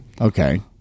okay